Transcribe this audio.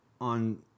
on